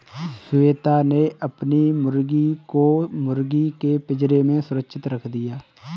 श्वेता ने अपनी मुर्गी को मुर्गी के पिंजरे में सुरक्षित रख दिया